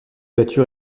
voiture